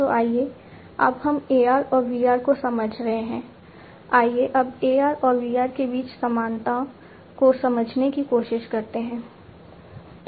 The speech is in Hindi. तो आइए अब हम AR और VR को समझ रहे हैं आइए अब AR और VR के बीच समानता को समझने की कोशिश करते हैं